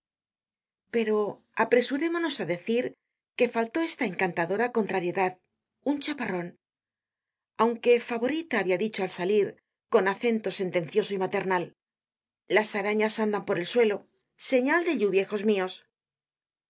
pero apresurémonos á decir que faltó esta encantadora contrariedad un chaparron aunque favorita habia dicho al salir con acento sentencioso y maternal las arañas andan por el suelo señal de lluvia hijos mios las